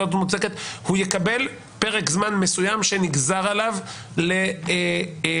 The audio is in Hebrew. הוא יקבל לפרק זמן מסוים שנגזר עליו הבטחת